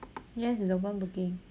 yes it's open booking